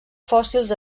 fòssils